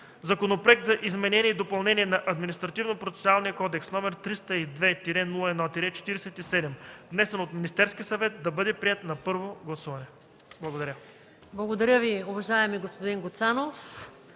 Законопроект за изменение и допълнение на Административнопроцесуалния кодекс, № 302-01-47, внесен от Министерския съвет, да бъде приет на първо гласуване.” Благодаря. ПРЕДСЕДАТЕЛ МАЯ МАНОЛОВА: Благодаря Ви, уважаеми господин Гуцанов.